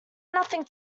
nothing